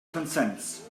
consents